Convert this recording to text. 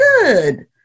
good